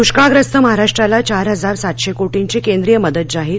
द्ष्काळग्रस्त महाराष्ट्राला चार हजार सातशे कोटींची केंद्रीय मदत जाहीर